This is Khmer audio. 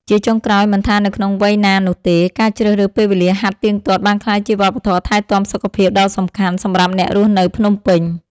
ជាចុងក្រោយ មិនថានៅក្នុងវ័យណានោះទេ ការជ្រើសរើសពេលវេលាហាត់ទៀងទាត់បានក្លាយជាវប្បធម៌ថែទាំសុខភាពដ៏សំខាន់សម្រាប់អ្នករស់នៅភ្នំពេញ។